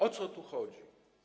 O co tu chodzi?